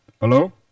Hello